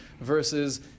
versus